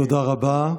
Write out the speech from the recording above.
תודה רבה.